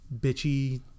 bitchy